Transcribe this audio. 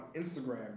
Instagram